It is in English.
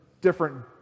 different